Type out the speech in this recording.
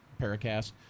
Paracast